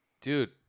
Dude